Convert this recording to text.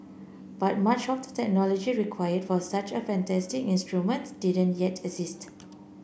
but much of the technology required for such a fantastic instrument didn't yet exist